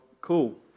cool